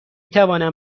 توانم